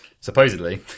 supposedly